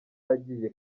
agiye